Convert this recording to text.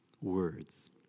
words